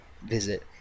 visit